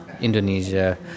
Indonesia